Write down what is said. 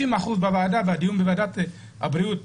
ד"ר הציגה בדיון בוועדת הבריאות